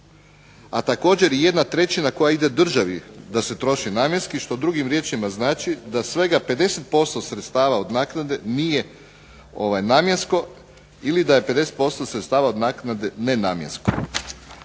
a također i jedna trećina koja ide državi da se troši namjenski što drugim riječima znači da svega 50% sredstava od naknade nije namjensko ili da je 50% sredstava od naknade nenamjensko.